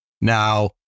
Now